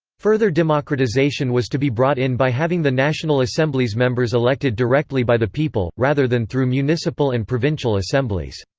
further democratization was to be brought in by having the national assembly's members elected directly by the people, rather than through municipal and provincial assemblies.